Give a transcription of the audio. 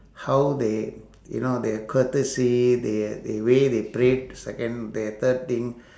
how they you know their courtesy the the way they pray second the third thing